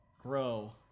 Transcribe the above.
grow